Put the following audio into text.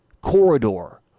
corridor